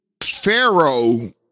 pharaoh